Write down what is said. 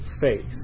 faith